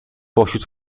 pośród